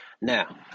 Now